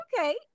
Okay